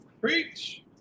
Preach